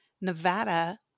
Nevada